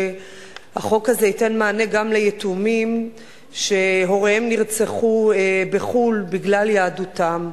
שהחוק הזה ייתן מענה גם ליתומים שהוריהם נרצחו בחו"ל בגלל יהדותם,